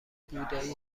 بودایی